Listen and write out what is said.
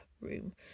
room